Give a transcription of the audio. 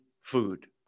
food